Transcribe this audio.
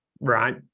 right